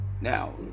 Now